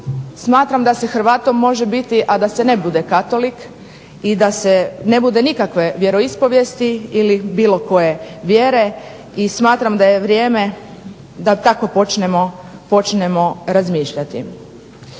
Smatram da se Hrvatom može biti, a da se ne bude Katolik i da se ne bude nikakve vjeroispovijesti ili bilo koje vjere i smatram da je vrijeme da tako počnemo razmišljati.